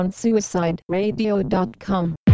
SuicideRadio.com